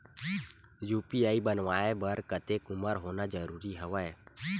UPI बनवाय बर कतेक उमर होना जरूरी हवय?